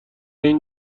این